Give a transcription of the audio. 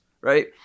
right